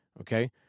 Okay